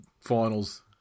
finals